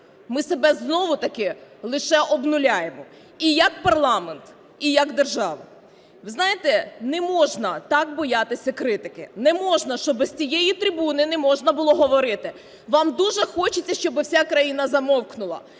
ми себе, знову таки, лише обнуляємо і як парламент, і як держава. Ви знаєте, не можна так боятися критики. Не можна, щоби з цієї трибуни не можна було говорити. Вам дуже хочеться, щоби вся країна замовкнула.